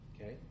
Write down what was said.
Okay